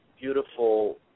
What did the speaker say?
beautiful